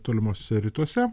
tolimuose rytuose